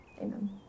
Amen